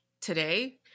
today